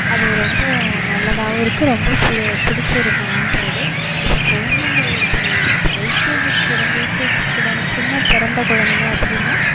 அது ரொம்ப நல்லதாகவும் இருக்கு ரொம்ப பிடிச்சுருக்கு ஆண்ட்ராய்டு இப்போ குழந்தைகள் இப்போ இப்போ எல்கேஜி ஸ்டூடெண்ட் யூகேஜி ஸ்டூடெண்ட் சின்ன பிறந்த குழந்தைங்க அப்படினா